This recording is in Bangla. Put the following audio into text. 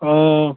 ও